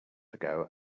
ago